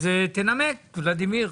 אז תנמק, ולדימיר.